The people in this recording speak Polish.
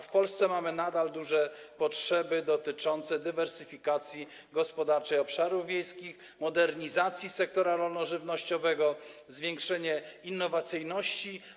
W Polsce nadal mamy duże potrzeby dotyczące dywersyfikacji gospodarczej obszarów wiejskich, modernizacji sektora rolno-żywnościowego, zwiększenia innowacyjności.